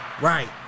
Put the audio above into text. Right